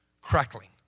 crackling